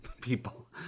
people